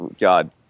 God